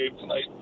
tonight